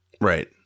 Right